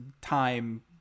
time